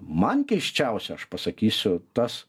man keisčiausia aš pasakysiu tas